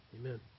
Amen